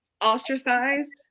Ostracized